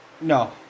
No